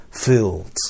filled